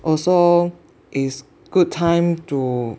also is good time to